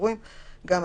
"ושלא